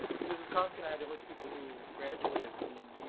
mrs kafka and i had, they looked to people who graduated from,